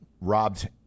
robbed